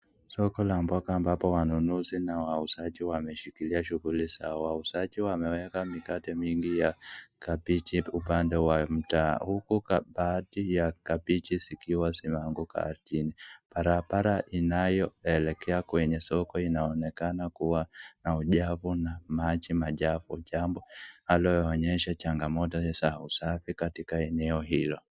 Soko la mboga ambapo wanunuzi na wauzaji wameshikilia shughuli zao. Wauzaji wameeka mikate mingi ya kabeji upande wa mtaa, huku kabati ya kabeji zikiwa zinaanguka chini. Barabara inayoelekea kwenye soko inaonekana kuwa na uchafu na maji machafu ,jambo linaloonyesha changamoto za usafi katika eneo hilo.